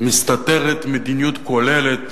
מסתתרת מדיניות כוללת